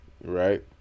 Right